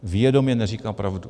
Vědomě neříká pravdu.